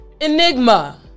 enigma